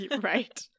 Right